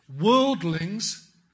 Worldlings